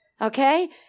okay